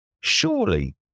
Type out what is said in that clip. surely